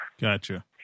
Gotcha